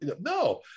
no